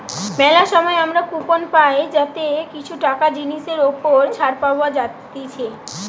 মেলা সময় আমরা কুপন পাই যাতে কিছু টাকা জিনিসের ওপর ছাড় পাওয়া যাতিছে